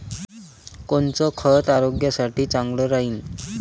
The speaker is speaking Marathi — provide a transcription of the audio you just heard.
कोनचं खत आरोग्यासाठी चांगलं राहीन?